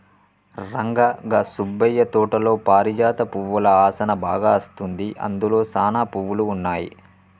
రంగా గా సుబ్బయ్య తోటలో పారిజాత పువ్వుల ఆసనా బాగా అస్తుంది, అందులో సానా పువ్వులు ఉన్నాయి